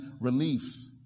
relief